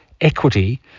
equity